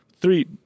Three